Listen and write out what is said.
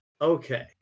Okay